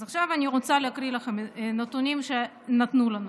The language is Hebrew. אז עכשיו אני רוצה להקריא לכם נתונים שנתנו לנו.